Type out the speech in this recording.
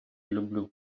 люблю